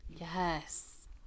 yes